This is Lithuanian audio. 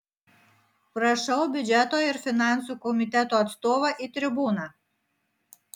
prašau biudžeto ir finansų komiteto atstovą į tribūną